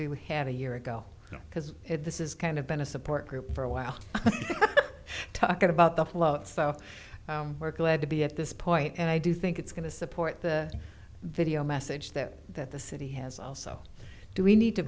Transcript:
would have a year ago because this is kind of been a support group for a while talking about the south work lead to be at this point and i do think it's going to support the video message that that the city has also do we need to